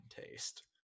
taste